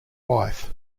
wife